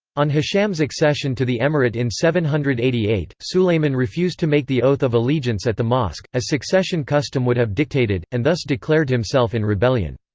on hisham's accession to the emirate in seven hundred and eighty eight, sulayman refused to make the oath of allegiance at the mosque, as succession custom would have dictated, and thus declared himself in rebellion.